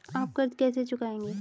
आप कर्ज कैसे चुकाएंगे?